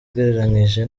ugereranyije